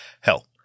Hell